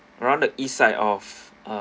around the east side of